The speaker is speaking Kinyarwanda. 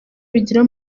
bigira